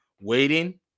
waiting